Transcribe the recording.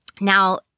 Now